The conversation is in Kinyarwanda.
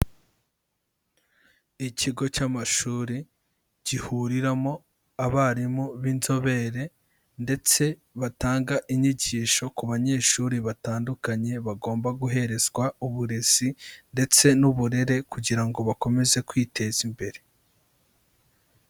Ikigo cy'amashuri gihuriramo abarimu b'inzobere ndetse batanga inyigisho ku banyeshuri batandukanye bagomba guherezwa uburezi ndetse n'uburere kugira ngo bakomeze kwiteza imbere.